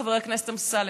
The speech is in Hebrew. חבר הכנסת אמסלם.